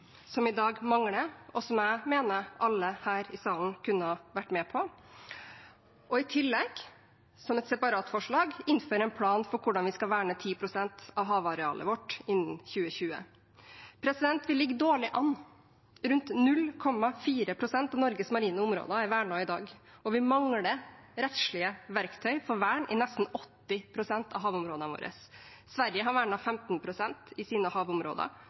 som i dag mangler, og som jeg mener alle her i salen kunne ha vært med på, og i tillegg – som et separat forslag – innføre en plan for hvordan vi skal verne 10 pst. av havarealet vårt innen 2020. Vi ligger dårlig an. Rundt 0,4 pst. av Norges marine områder er vernet i dag. Vi mangler rettslige verktøy for vern for nesten 80 pst. av havområdene våre. Sverige har vernet 15 pst. av sine havområder.